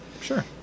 Sure